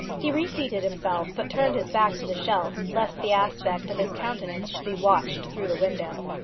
he re-seated himself, but turned his back to the shelf, lest the aspect of his countenance should be watched through the window.